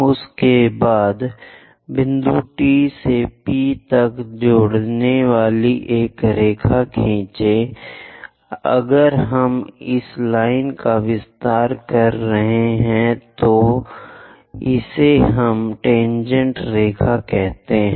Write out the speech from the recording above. उसके बाद बिंदु T से P तक जुड़ने वाली एक रेखा खींचें अगर हम इस लाइन का विस्तार कर रहे हैं तो इसे हम टेनजेंट रेखा कहते हैं